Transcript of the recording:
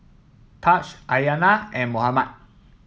Tahj Aiyana and Mohammad